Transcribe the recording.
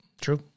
True